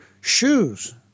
shoes